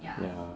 ya